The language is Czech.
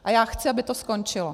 A já chci, aby to skončilo.